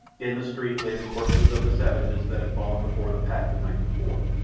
in the street lay the corpses of the savages that had fallen before the pack the night before.